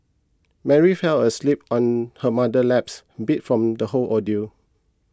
Mary fell asleep on her mother's laps beat from the whole ordeal